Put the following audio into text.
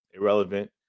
irrelevant